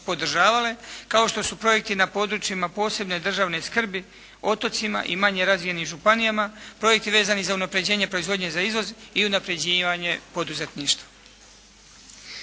podržavale kao što su projekti na područjima posebne državne skrbi, otocima i manje razvijenim županijama, projekti vezani za unapređenje proizvodnje za izvoz i unapređivanje poduzetništva.